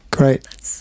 Great